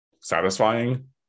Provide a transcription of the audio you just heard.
satisfying